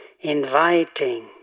Inviting